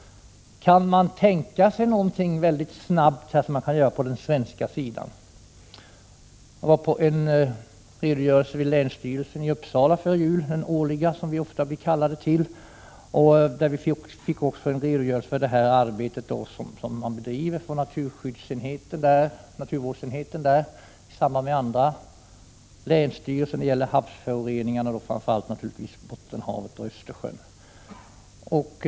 Kan man tänka sig att göra någonting väldigt snabbt på den svenska sidan? Jag var med på en sammankomst på länsstyrelsen i Uppsala före jul. Vi blir årligen kallade till en sådan. Därvid lämnades en redogörelse för det arbete som naturvårdsenheten driver i samarbete med andra länsstyrelser när det gäller havsföroreningar, framför allt i Bottenhavet och Östersjön.